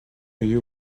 you